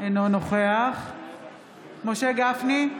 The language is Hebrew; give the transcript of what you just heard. אינו נוכח משה גפני,